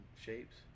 shapes